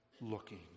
looking